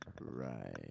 right